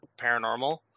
paranormal